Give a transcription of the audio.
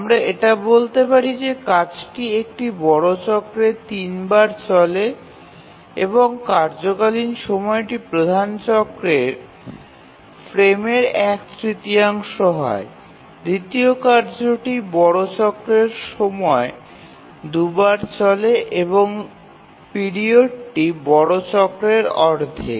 আমরা এটা বলতে পারি যে কাজটি একটি বড় চক্রের ৩বার চলে এবং কার্যকালীন সময়টি প্রধান চক্রের ফ্রেমের এক তৃতীয়াংশ হয় এবং দ্বিতীয় কার্যটি বড় চক্রের সময় ২ বার চলে এবং এর পিরিয়ডটি বড় চক্রের অর্ধেক